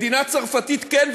מדינה צרפתית כן,